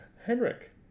Henrik